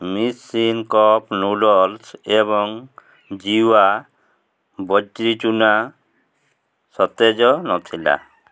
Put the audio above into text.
Nissin cup noodles ଏବଂ ଜୀୱା ବଜ୍ରି ଚୁନା ସତେଜ ନଥିଲା